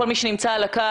לכל מי שנמצא על הקו,